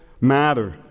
matter